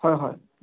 হয় হয়